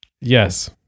Yes